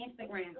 Instagram